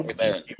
Amen